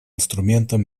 инструментом